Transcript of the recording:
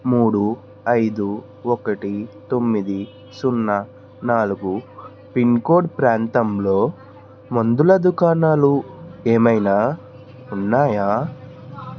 మూడు ఐదు ఒకటి తొమ్మిది సున్నా నాలుగు పిన్కోడ్ ప్రాంతంలో మందుల దుకాణాలు ఏమైనా ఉన్నాయా